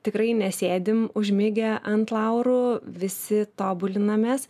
tikrai nesėdim užmigę ant laurų visi tobulinamės